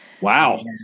Wow